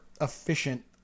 efficient